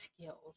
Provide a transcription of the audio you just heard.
skills